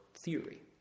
theory